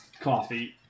coffee